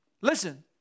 Listen